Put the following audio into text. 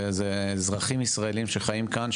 זה אזרחים ישראלים שחיים כאן,